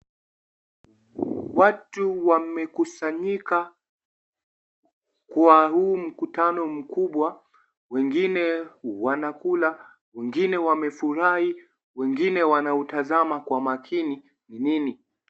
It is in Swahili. Watu wamekusanyika kwa huu mkutano mkubwa. Wengine wanakula, wengine wamefurahi, wengine wanautazama kwa makini ni nini.